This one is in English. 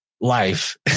life